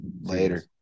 Later